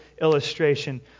illustration